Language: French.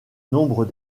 nombre